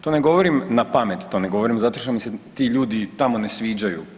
To ne govorim napamet, to ne govorim zato što mi se ti ljudi tamo ne sviđaju.